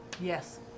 Yes